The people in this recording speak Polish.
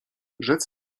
rzec